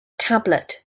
tablet